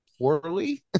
poorly